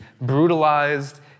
brutalized